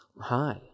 Hi